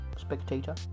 Spectator